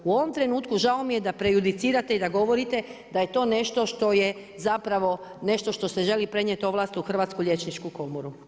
U ovom trenutku žao mi je da prejudicirate i da govorite da je to nešto što je zapravo se želi prenijeti ovlast u Hrvatsku liječničku komoru.